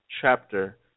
chapter